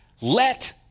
Let